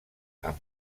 amb